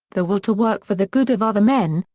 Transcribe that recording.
the will to work for the good of other men,